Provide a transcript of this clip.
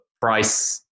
price